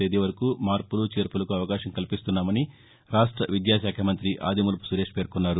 తేదీ వరకు మార్పులు చేర్పులకు అవకాశం కల్పిస్తున్నామని రాష్ట విద్యాకాఖ మంత్రి ఆదిమూలపు సురేష్ పేర్కొన్నారు